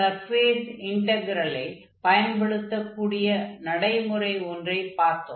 surface இன்டக்ரெலை பயன்படுத்தக்கூடிய நடைமுறை ஒன்றைப் பார்த்தோம்